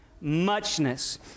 muchness